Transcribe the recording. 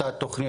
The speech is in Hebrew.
אותה תוכנית,